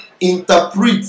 interpret